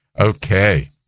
Okay